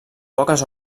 poques